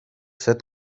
set